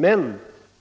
Men